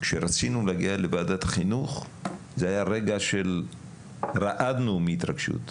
כשרצינו להגיע לוועדת חינוך זה היה רגע שרעדנו מהתרגשות.